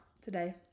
today